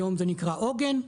היום זה נקרא עוגן,